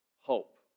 hope